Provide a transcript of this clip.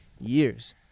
years